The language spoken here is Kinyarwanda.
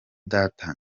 data